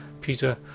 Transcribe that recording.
Peter